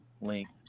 length